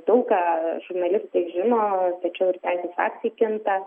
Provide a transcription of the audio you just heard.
daug ką žurnalistai žino tačiau ir teisės aktai kinta